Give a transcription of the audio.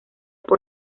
por